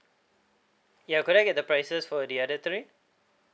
ya could I get the prices for the other three